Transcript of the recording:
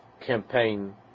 campaign